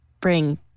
bring